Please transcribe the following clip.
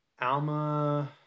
Alma